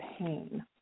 Pain